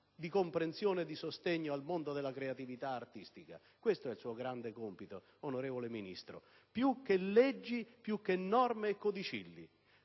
di comprensione e di sostegno al mondo della creatività artistica. Questo è il suo grande compito, onorevole Ministro, più che leggi, norme e codicilli,